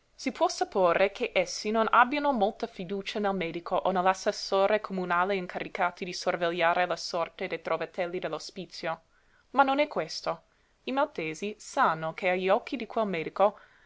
si può supporre che essi non abbiano molta fiducia nel medico e nell'assessore comunale incaricati di sorvegliare alla sorte dei trovatelli dell'ospizio ma non è questo i maltesi sanno che agli occhi di quel medico